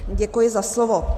Děkuji za slovo.